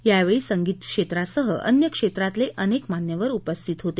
यावेळी संगीत क्षेत्रासह अन्य क्षेत्रातले अनेक मान्यवर उपस्थित होते